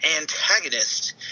antagonist